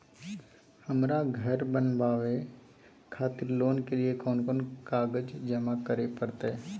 हमरा धर बनावे खातिर लोन के लिए कोन कौन कागज जमा करे परतै?